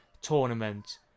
tournament